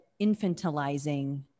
infantilizing